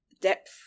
depth